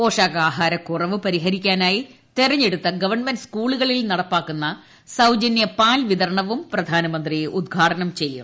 പോഷകാഹാരക്കുറവ് പരിഹരിക്കാനായി തെരെഞ്ഞെടുത്ത ഗവൺമെന്റ് സ്കൂളുകളിൽ നടപ്പാക്കുന്ന സൌജന്യ പൽവിതരണവും പ്രധാനമന്ത്രി ഉദ്ഘാടനം ചെയ്യും